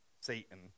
Satan